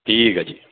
ٹھیک ہے جی